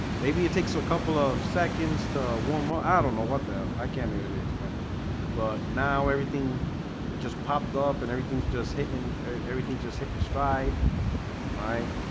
maybe it takes a couple of seconds to warm or i don't know what the hell i can't really explain it but now everything just popped up and everything's just hitting everything just hitting stride all